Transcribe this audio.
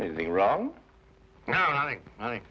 anything wrong i think